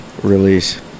Release